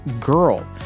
girl